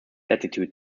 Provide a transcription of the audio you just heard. latitude